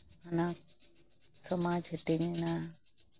ᱦᱟᱱᱟ ᱥᱚᱢᱟᱡ ᱦᱟᱹᱴᱤᱧᱮᱱᱟ